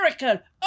miracle